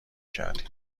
کردیم